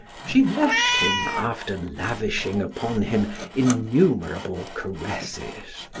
she left him, after lavishing upon him innumerable caresses.